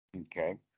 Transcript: Okay